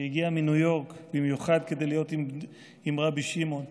שהגיע מניו יורק במיוחד כדי להיות עם רבי שמעון,